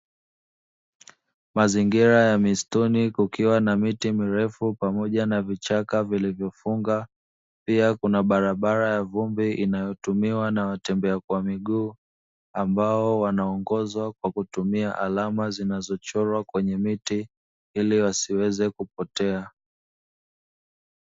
Mazingira ya misituni kukiwa na miti mirefu pamoja na vichaka vilivyofunga pia kuna barabara ya vumbi inayotumiwa na watembea kwa miguu, ambao wanaongozwa kwa kutumia alama zinazochorwa kwenye miti ili wasiweze kupotea.